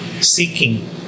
seeking